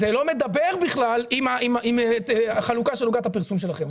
מדבר בכלל עם החלוקה של עוגת הפרסום שלכם.